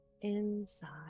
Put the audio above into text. inside